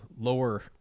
lower